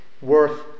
worth